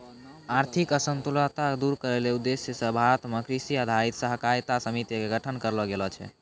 आर्थिक असंतुल क दूर करै के उद्देश्य स भारत मॅ कृषि आधारित सहकारी समिति के गठन करलो गेलो छै